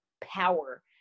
power